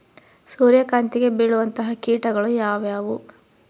ಸೂರ್ಯಕಾಂತಿಗೆ ಬೇಳುವಂತಹ ಕೇಟಗಳು ಯಾವ್ಯಾವು?